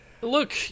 Look